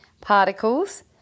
particles